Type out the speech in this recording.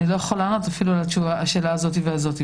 ואני לא יכול לענות אפילו לשאלה כזאת וכזאת.